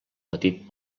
petit